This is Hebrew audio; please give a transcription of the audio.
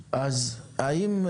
האם,